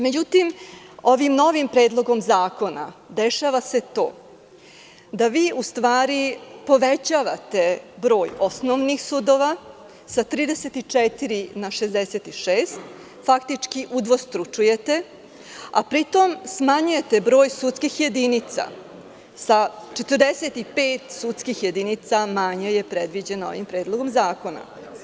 Međutim, ovim novim predlogom zakona, dešava se to da vi u stvari povećate broj osnovnih sudova sa 34 na 66, faktički udvostručujete, a pri tom smanjujete broj sudskih jedinica sa 45 sudskih jedinica manje je predviđeno ovim predlogom zakona.